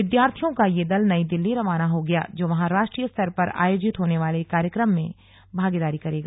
विद्यार्थियों का यह दल नई दिल्ली रवाना हो गया है जो वहां राष्ट्रीय स्तर पर आयोजित होने वाले कार्यक्रम में भागीदारी करेगा